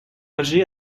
âgé